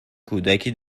کودکی